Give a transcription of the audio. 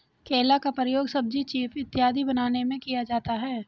केला का प्रयोग सब्जी चीफ इत्यादि बनाने में किया जाता है